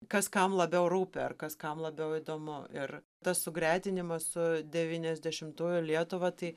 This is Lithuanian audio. kas kam labiau rūpi ar kas kam labiau įdomu ir tas sugretinimas su devyniasdešimtųjų lietuva tai